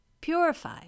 purify